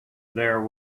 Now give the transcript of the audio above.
there